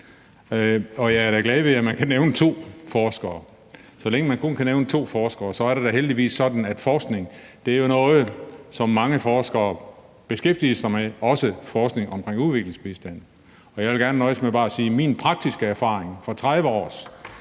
jeg er glad ved, at man kan nævne to forskere, så længe man kun kan nævne to forskere. Det er da heldigvis sådan, at forskning jo er noget, som mange forskere beskæftiger sig med, også forskning i udviklingsbistand. Jeg vil gerne nøjes med bare at sige, at min praktiske erfaring fra 30 års